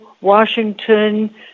Washington